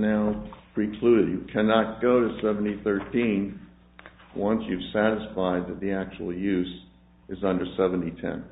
now precluded you cannot go to seventy thirteen once you've satisfied that the actually use is under seventy ten